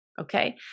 Okay